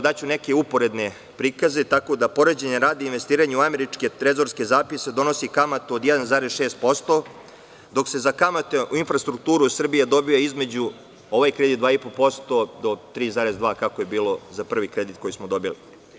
Daću neke uporedne prikaze, tako da, poređenja radi, investiranje u američke trezorske zapise donosi kamatu od 1,6%, dok se za kamate u infrastrukturu Srbije dobija između 2,5 i 3,2%, koliko je bilo za prvi kredit koji smo dobili.